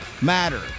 matter